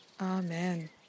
Amen